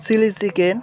chilli chicken